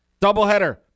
Doubleheader